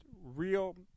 real